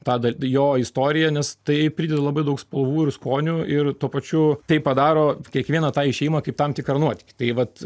tą dal jo istoriją nes tai prideda labai daug spalvų ir skonių ir tuo pačiu tai padaro kiekvieną tą išėjimą kaip tam tikrą nuotykį tai vat